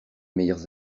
meilleurs